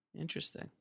Interesting